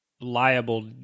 liable